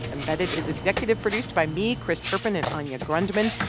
embedded is executive produced by me, chris turpin and anya grundmann.